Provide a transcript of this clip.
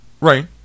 Right